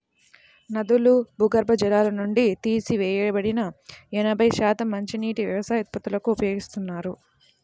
నదులు, భూగర్భ జలాల నుండి తీసివేయబడిన ఎనభై శాతం మంచినీటిని వ్యవసాయ ఉత్పత్తులకు ఉపయోగిస్తారు